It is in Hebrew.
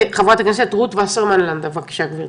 חברת הכנסת רות וסרמן לנדה, בבקשה, גברתי.